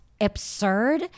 absurd